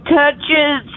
touches